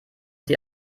sie